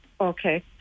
Okay